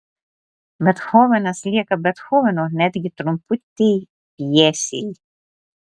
bethovenas lieka bethovenu netgi trumputėj pjesėj